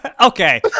Okay